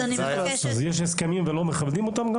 יש הסכמים שלא מכבדים אותם?